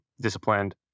disciplined